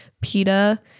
PETA